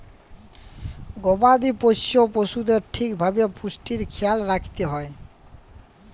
গবাদি পশ্য পশুদের ঠিক ভাবে পুষ্টির খ্যায়াল রাইখতে হ্যয়